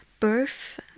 birth